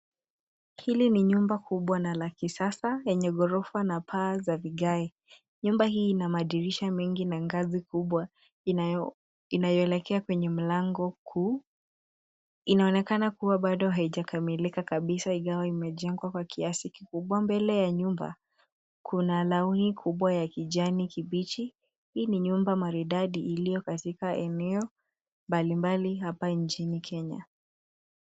Hili ni nyumba kubwa na la kisasa enye ghorofa na paa za vigae. Nyumba hii ina madirisha mengi na ngazi kubwa inayoelekea kwenye mlango kuu. Inaonekana kuwa bado haijakamilika kabisa ingawa imejengwa kwa kiasi kikubwa. Mbele ya nyumba kuna nauni kubwa ya kijani kibichi. Hii ni nyumba maridadi iliyo katika eneo mbalimbali hapa nchini Kenya.